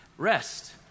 rest